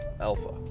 alpha